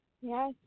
Yes